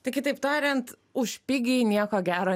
tai kitaip tariant už pigiai nieko gero